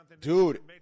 dude